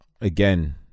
Again